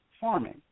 farming